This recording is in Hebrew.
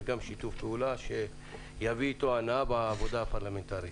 וגם שיתוף פעולה שיביא אתו הנאה בעבודה הפרלמנטרית.